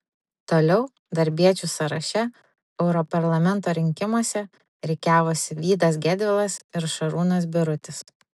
toliau darbiečių sąraše europarlamento rinkimuose rikiavosi vydas gedvilas ir šarūnas birutis